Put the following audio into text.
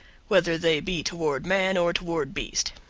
whether they be toward man or toward beast.